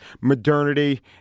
modernity